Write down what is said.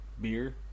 beer